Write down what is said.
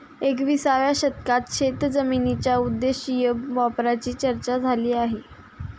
एकविसाव्या शतकात शेतजमिनीच्या बहुउद्देशीय वापराची चर्चा झाली आहे